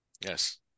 Yes